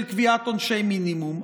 של קביעת עונשי מינימום.